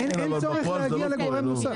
אין צורך להגיע לגורם נוסף.